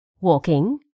walking